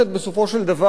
בסופו של דבר,